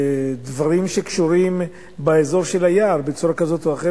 בדברים שקשורים לאזור של היער בצורה כזאת או אחרת.